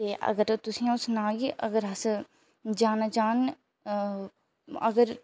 ते अगर तुसें ई अ'ऊं सनांऽ कि अगर अस जाना चाह्न अगर